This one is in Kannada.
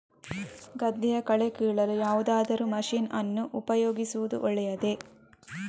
ಗದ್ದೆಯ ಕಳೆ ಕೀಳಲು ಯಾವುದಾದರೂ ಮಷೀನ್ ಅನ್ನು ಉಪಯೋಗಿಸುವುದು ಒಳ್ಳೆಯದೇ?